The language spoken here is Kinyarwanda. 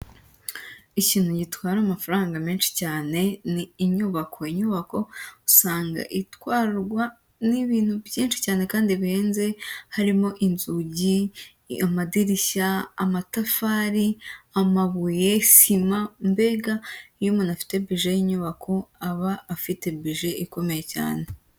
Ikintu gitwara amafaranga menshi cyane ni inyubako. Inyubako usanga itwarwa n'ibintu byinshi cyane kandi bihenze, harimo inzugi, amadirishya, amatafari, amabuye, sima, mbega iyo umuntu afite bije y'inyubako aba afite bije ikomeye cyane.